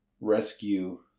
rescue